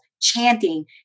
chanting